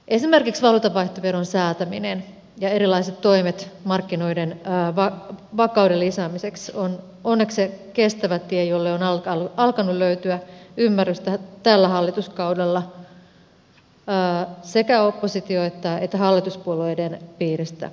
esimerkiksi valuutanvaihtoveron säätäminen ja erilaiset toimet markkinoiden vakauden lisäämiseksi ovat onneksi se kestävä tie jolle on alkanut löytyä ymmärrystä tällä hallituskaudella sekä opposition että hallituspuolueiden piiristä laajalti